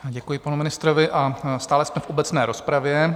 Děkuji panu ministrovi a stále jsme v obecné rozpravě.